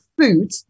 food